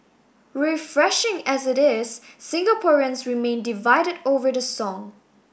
refreshing as it is Singaporeans remain divided over the song